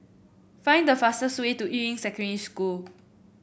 find the fastest way to Yuying Secondary School